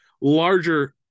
larger